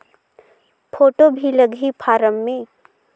Photo भी लगी form मे?